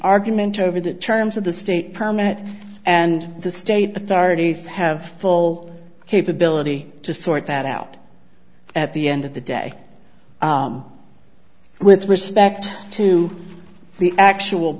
argument over the terms of the state permit and the state authorities have full capability to sort that out at the end of the day with respect to the actual